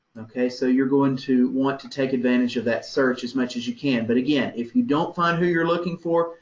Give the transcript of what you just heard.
ok. so you're going to want to take advantage of that search as much as you can. but again, if you don't find who you're looking for,